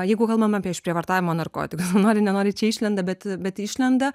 jeigu kalbam apie išprievartavimo narkotikus nori nenori čia išlenda bet bet išlenda